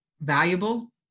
valuable